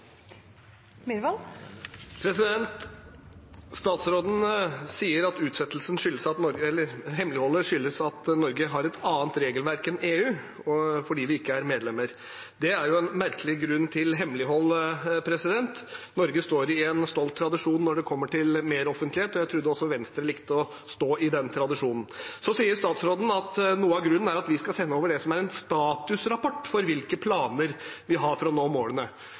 oppfølgingsspørsmål. Statsråden sier hemmeligholdet skyldes at Norge har et annet regelverk enn EU fordi vi ikke er medlemmer. Det er en merkelig grunn til hemmelighold. Norge står i en stolt tradisjon når det gjelder mer offentlighet, og jeg trodde også Venstre likte å stå i den tradisjonen. Så sier statsråden at noe av grunnen er at vi skal sende over en statusrapport for hvilke planer vi har for å nå målene.